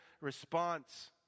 response